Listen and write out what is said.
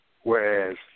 Whereas